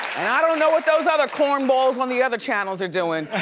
i don't know what those other cornballs on the other channels are doing,